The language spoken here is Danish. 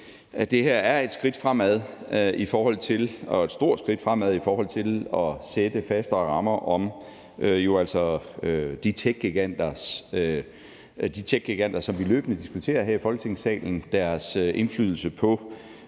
det her er et stort skridt fremad i forhold til at sætte fastere rammer om den indflydelse, som de techgiganter, som vi løbende diskuterer her i Folketingssalen, har på